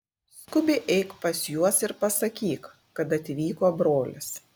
skubiai eik pas juos ir pasakyk kad atvyko brolis